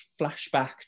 flashback